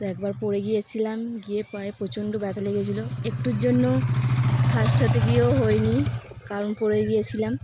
তো একবার পড়ে গিয়েছিলাম গিয়ে পায়ে প্রচণ্ড ব্যথা লেগেছিলো একটুর জন্য ফার্স্ট হতে গিয়েও হয়নি কারণ পড়ে গিয়েছিলাম